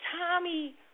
Tommy